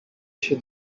się